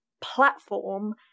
platform